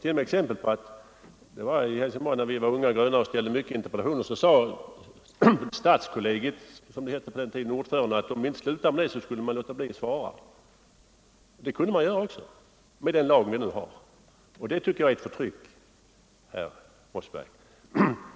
Det hände t.o.m. i Helsingborg när vi var unga och gröna och ställde många interpellationer att ordföranden i stadskollegiet, som det hette på den tiden, sade att om vi inte slutade med det skulle man låta bli att svara. Det kunde man alltså göra med den lag vi nu har. Det tycker jag är ett förtryck, herr Mossberg.